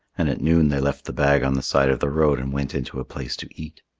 and at noon they left the bag on the side of the road and went into a place to eat.